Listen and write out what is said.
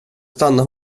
stanna